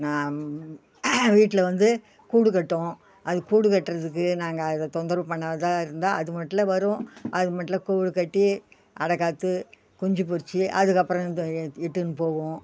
வீட்டில் வந்து கூடு கட்டும் அது கூடு கட்டுறதுக்கு நாங்கள் அதை தொந்தரவு பண்ணாத இருந்தால் அது மாட்டில் வரும் அது மாட்டில் கூடு கட்டி அடைக்காத்து குஞ்சுப் பொறிச்சு அதுக்கப்புறம் இது இட்டுன்னு போகும்